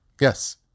Yes